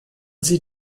sie